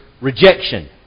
rejection